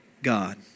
God